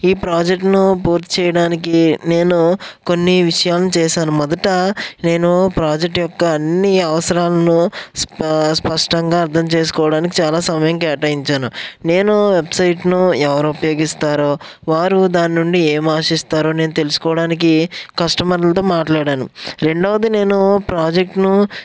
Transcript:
ఈ ప్రాజెక్ట్ ని పూర్తి చేయడానికి నేను కొన్ని విషయాలను చేసాను మొదట నేను ప్రాజెక్ట్ యొక్క అన్ని అవసరాలను స్ప స్పష్టంగా అర్ధం చేసుకోవడానికి చాలా సమయం కేటాయించాను నేను వెబ్సైట్ ను ఎవరు ఉపయోగిస్తారో వారు దాని నుండి ఏమి ఆశిస్తారో నేను తెలుసుకోవడానికి కస్టమర్లతో మాట్లాడాను రెండవది నేను ప్రాజెక్ట్ ను